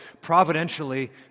providentially